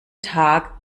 tag